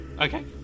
Okay